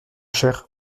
cher